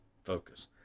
focus